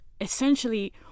essentially